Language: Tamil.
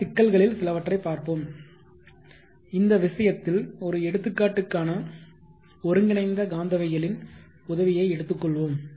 இந்த சிக்கல்களில் சிலவற்றைப் பார்ப்போம் இந்த விஷயத்தில் ஒரு எடுத்துக்காட்டுக்கான ஒருங்கிணைந்த காந்தவியலின் உதவியை எடுத்துக்கொள்வோம்